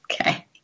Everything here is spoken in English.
Okay